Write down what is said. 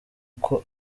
kuko